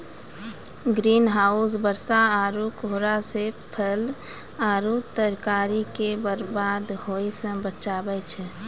green house बरसा आरु कोहरा से फल आरु तरकारी के बरबाद होय से बचाबै छै